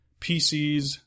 PCs